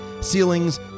ceilings